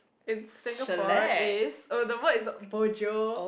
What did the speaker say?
in Singapore is oh the word is bo jio